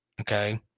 okay